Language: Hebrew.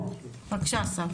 בבקשה אסף.